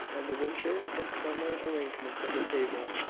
and the winter and summer arrangements of the table.